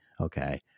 okay